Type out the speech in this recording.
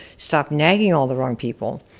stop nagging all the wrong people.